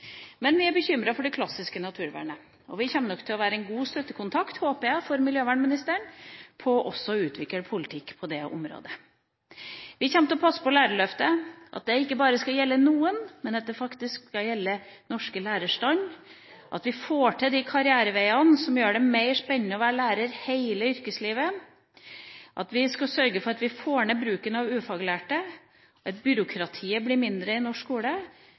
Men vi er bekymret for det klassiske naturvernet. Vi kommer nok til å være en god støttekontakt for miljøvernministeren, håper jeg, for også å utvikle politikk på dette området. Vi kommer til å passe på lærerløftet ved at det ikke bare skal gjelde noen, men at det faktisk skal gjelde den norske lærerstand ved at vi får til de karriereveiene som gjør det mer spennende å være lærer hele yrkeslivet, ved at vi får ned bruken av ufaglærte og at byråkratiet blir mindre i norsk skole,